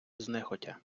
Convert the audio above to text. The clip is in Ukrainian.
знехотя